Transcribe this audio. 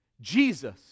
Jesus